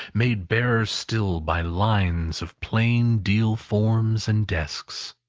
made barer still by lines of plain deal forms and desks.